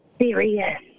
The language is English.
serious